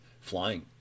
flying